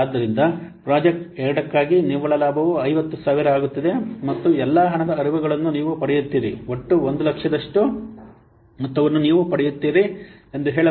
ಆದ್ದರಿಂದ ಪ್ರಾಜೆಕ್ಟ್ 2 ಗಾಗಿ ನಿವ್ವಳ ಲಾಭವು 50000 ಆಗುತ್ತಿದೆ ಮತ್ತೆ ಎಲ್ಲಾ ಹಣದ ಹರಿವುಗಳನ್ನು ನೀವು ಪಡೆಯುತ್ತೀರಿ ಒಟ್ಟು 100000ದಷ್ಟು ಮೊತ್ತವನ್ನು ನೀವು ಪಡೆಯುತ್ತೀರಿ ಎಂದು ಹೇಳಬಹುದು